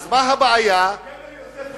בעזה ראינו מי עשה את זה.